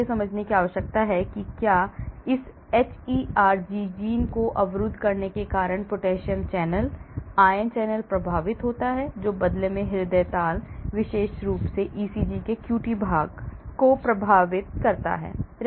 तो आपको यह समझने की आवश्यकता है कि क्या इस hERG जीन को अवरुद्ध करने के कारण पोटेशियम चैनल आयन चैनल प्रभावित होता है जो बदले में हृदय ताल विशेष रूप से ईसीजी के QT भाग को प्रभावित करता है